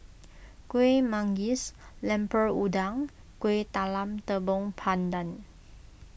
Kueh Manggis Lemper Udang and Kuih Talam Tepong Pandan